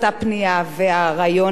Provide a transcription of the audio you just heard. הגיעו אלי לא מעט מקרים.